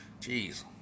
Jeez